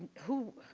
who,